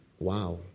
Wow